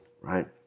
right